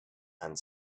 and